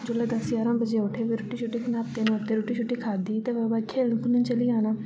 जोल्लै दस ग्याहरा बजे उठे फिर रोटी शोटी बनादे फिर रोटी शौटी खादी ते फिर ओह्दे बाद खेलन खुलन चली जाना